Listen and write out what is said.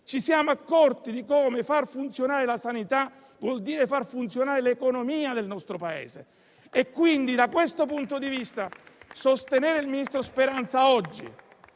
ci siamo accorti di come far funzionare la sanità voglia dire far funzionare l'economia del nostro Paese. Da questo punto di vista, sostenere il ministro Speranza oggi